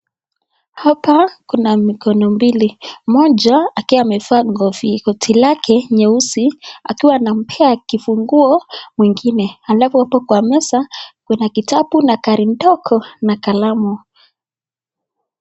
Hapa Kuna mikono mbili, moja akiwa amevaa glovu. Mwenye Koti lake nyeusi akiwa anampea kifunguo mwingine . Alafu hapo kwa meza kuna kitabu na gari ndogo na kalamu.